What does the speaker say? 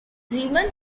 riemann